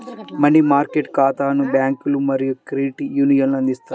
money market ఖాతాలను బ్యాంకులు మరియు క్రెడిట్ యూనియన్లు అందిస్తాయి